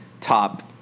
top